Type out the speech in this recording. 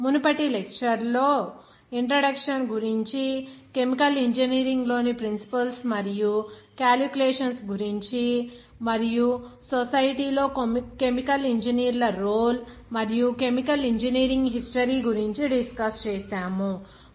మునుపటి లెక్చర్స్ లో ఇంట్రడక్షన్ గురించి కెమికల్ ఇంజనీరింగ్లోని ప్రిన్సిపుల్స్ మరియు క్యాలీక్యులేషన్స్ గురించి మరియు సొసైటీ లో కెమికల్ ఇంజనీర్ల రోల్ మరియు కెమికల్ ఇంజనీరింగ్ హిస్టరీ గురించి డిస్కస్ చేసాము